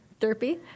Derpy